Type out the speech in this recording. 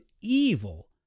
evil